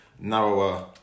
narrower